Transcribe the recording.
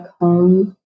home